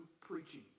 preaching